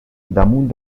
damunt